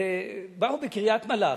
באו בקריית-מלאכי,